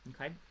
okay